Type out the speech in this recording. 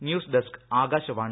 news desk Akashvani